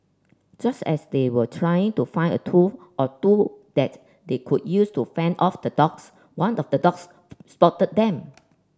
just as they were trying to find a tool or two that they could use to fend off the dogs one of the dogs spotted them